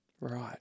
Right